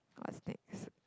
what's next